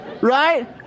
Right